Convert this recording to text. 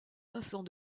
vincent